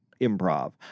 Improv